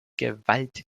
gewalt